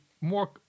more